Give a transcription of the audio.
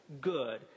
good